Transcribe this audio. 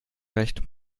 recht